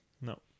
no